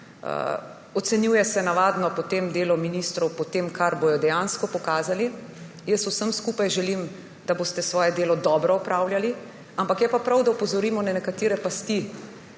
ocenjuje se navadno potem delo ministrov po tem, kar bodo dejansko pokazali. Jaz vsem skupaj želim, da boste svoje delo dobro opravljali, je pa prav, da opozorimo na nekatere pasti,